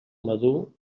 madur